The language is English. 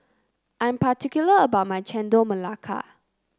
I am particular about my Chendol Melaka